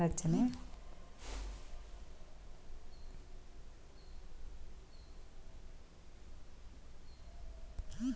ಗೊಬ್ಬರನ ಪೋಷಕಾಂಶ ಹೆಚ್ಚು ಇರಿಸಿಕೊಳ್ಳುವಂತೆ ಮಣ್ಣಿನ ರಚನೆ ಹಾಗು ವಿನ್ಯಾಸವನ್ನು ಬದಲಾಯಿಸ್ತದೆ